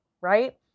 right